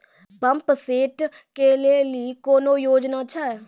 Pump set केलेली कोनो योजना छ?